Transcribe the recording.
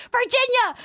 Virginia